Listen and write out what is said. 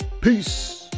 peace